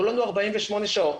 48 שעות,